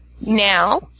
Now